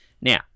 Now